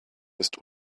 ist